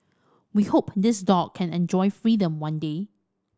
we hope this dog can enjoy freedom one day